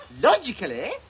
logically